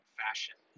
fashion